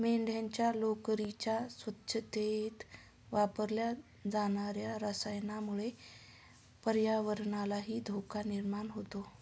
मेंढ्यांच्या लोकरीच्या स्वच्छतेत वापरल्या जाणार्या रसायनामुळे पर्यावरणालाही धोका निर्माण होतो